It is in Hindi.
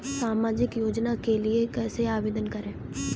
सामाजिक योजना के लिए कैसे आवेदन करें?